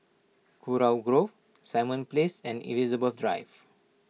Kurau Grove Simon Place and Elizabeth Drive